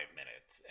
minutes